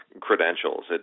credentials